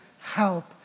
help